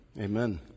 Amen